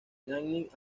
jennings